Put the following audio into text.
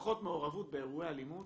פחות מעורבות באירועי אלימות,